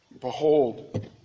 Behold